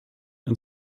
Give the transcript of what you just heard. ein